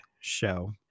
show